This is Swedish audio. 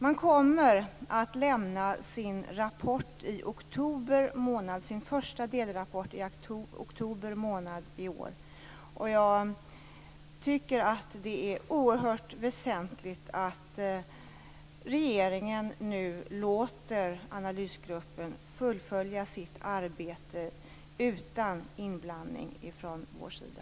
Man kommer att lämna sin första delrapport i oktober månad i år. Jag tycker att det är oerhört väsentligt att vi i regeringen nu låter analysgruppen fullfölja sitt arbete utan inblandning från vår sida.